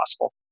possible